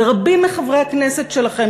ורבים מחברי הכנסת שלכם,